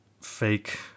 fake